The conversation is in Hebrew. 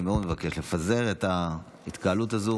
אני מאוד מבקש לפזר את ההתקהלות הזו